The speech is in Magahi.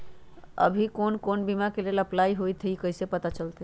अभी कौन कौन बीमा के लेल अपलाइ होईत हई ई कईसे पता चलतई?